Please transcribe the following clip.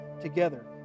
together